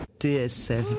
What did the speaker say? TSF